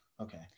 Okay